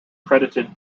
credited